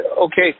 okay